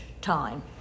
time